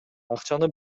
акчаны